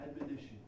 admonition